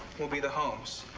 will be the homes.